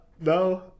No